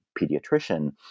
pediatrician